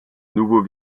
nouveau